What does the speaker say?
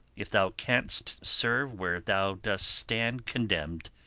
if thou canst serve where thou dost stand condemn'd,